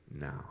now